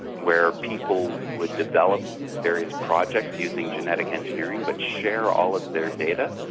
where people would develop various projects using genetic engineering, but share all of their data.